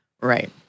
Right